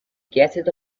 gases